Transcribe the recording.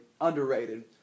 underrated